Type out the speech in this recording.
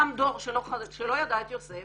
קם דור שלא ידע את יוסף